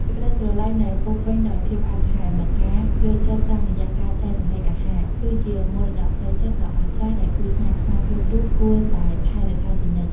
សេចក្ដីស្រឡាញ់ដែលពោរពេញដោយភាពផ្អែមល្ហែម និងការយល់ចិត្តតាមរយៈការចែករំលែកអាហារ គឺជាមរតកផ្លូវចិត្តដ៏អស្ចារ្យដែលគូស្នេហ៍ខ្មែរគ្រប់រូបគួរតែថែរក្សាជានិច្ច។